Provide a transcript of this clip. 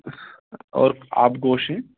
اور آب گوش ہیں